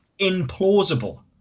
implausible